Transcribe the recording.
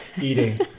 eating